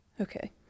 okay